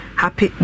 happy